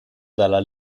dalla